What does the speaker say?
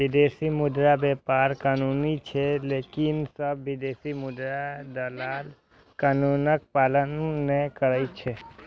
विदेशी मुद्रा व्यापार कानूनी छै, लेकिन सब विदेशी मुद्रा दलाल कानूनक पालन नै करै छै